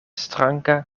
stranga